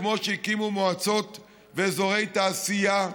כמו שהקימו מועצות ואזורי תעשייה,